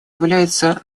является